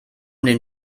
den